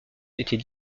était